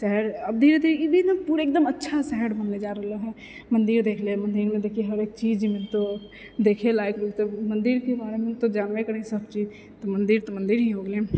शहर अब धीरे धीरे ई भी एकदम पूरे एकदम अच्छा शहर बनले जा रहलऽ है मन्दिर देख लअ मन्दिरमे देखी हरेक चीज मिलतौ देखे लायक मिलतौ मन्दिरके बारेमे तऽ जानबे करै हऽ सब चीज तऽ मन्दिर तऽ मन्दिर ही हो गेलै